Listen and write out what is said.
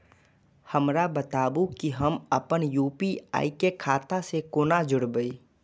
हमरा बताबु की हम आपन यू.पी.आई के खाता से कोना जोरबै?